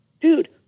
dude